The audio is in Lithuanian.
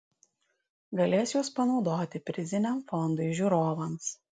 galės juos panaudoti priziniam fondui žiūrovams